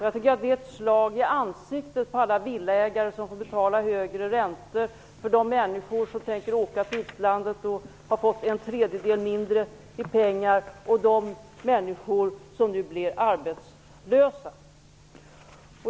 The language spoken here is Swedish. Jag tycker att det är ett slag i ansiktet mot alla villaägare som får betala högre räntor och mot de människor som tänker åka till utlandet, vilkas pengar minskar i värde med en tredjedel, samt mot de människor som nu blir arbetslösa.